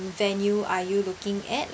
venue are you looking at